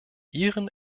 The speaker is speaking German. ihren